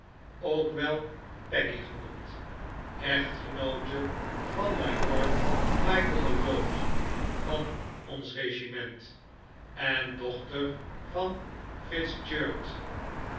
ook wel peggy genoemd echtgenoote van majoor michael o'dowd van ons regiment en dochter van